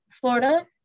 Florida